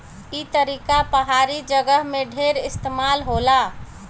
ई तरीका पहाड़ी जगह में ढेर इस्तेमाल होला